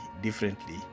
differently